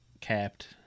capped